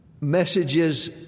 messages